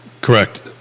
Correct